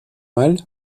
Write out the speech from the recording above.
mal